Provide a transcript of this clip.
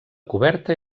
coberta